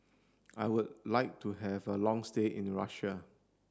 I would like to have a long stay in Russia